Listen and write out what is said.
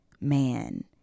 man